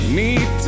need